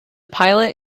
pilot